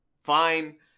fine